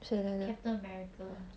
captain america